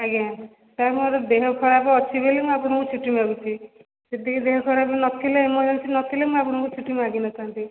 ଆଜ୍ଞା ସାର୍ ମୋର ଦେହ ଖରାପ ଅଛି ବୋଲି ମୁଁ ଆପଣଙ୍କୁ ଛୁଟି ମାଗୁଛି ସେତିକି ଦେହ ଖରାପ ନଥିଲେ ଏର୍ମର୍ଜେନ୍ସି ନଥିଲେ ଆପଣଙ୍କୁ ଛୁଟି ମାଗିନଥାନ୍ତି